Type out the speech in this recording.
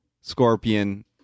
scorpion